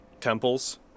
temples